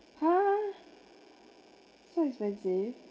!huh! so expensive